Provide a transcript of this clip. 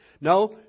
No